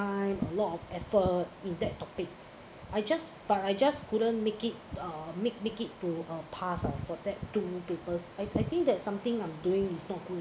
a lot of effort in that topic I just but I just couldn't make it uh make make it to a pass ah for that two papers I I think that's something I'm doing is not good